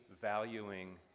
valuing